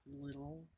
little